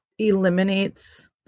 Eliminates